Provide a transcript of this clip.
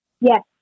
Yes